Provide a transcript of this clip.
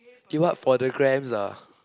eh what for the grams ah